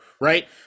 right